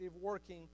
working